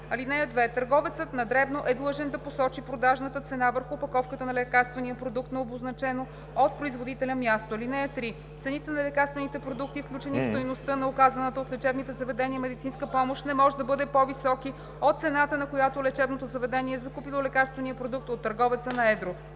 3. (2) Търговецът на дребно е длъжен да посочи продажната цена върху опаковката на лекарствения продукт на обозначено от производителя място. (3) Цените на лекарствените продукти, включени в стойността на оказаната от лечебните заведения медицинска помощ, не може да бъдат по-високи от цената, на която лечебното заведение е закупило лекарствения продукт от търговеца на едро.